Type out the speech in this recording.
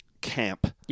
camp